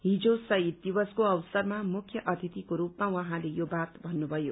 हिज शहीद दिवसको अवसरमा मुख्य अतिथिको रूपमा उहाँले यो बात भन्नुभयो